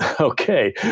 okay